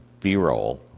B-roll